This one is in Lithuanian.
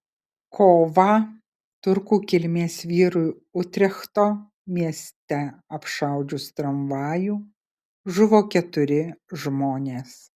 kovą turkų kilmės vyrui utrechto mieste apšaudžius tramvajų žuvo keturi žmonės